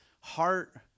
heart